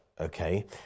okay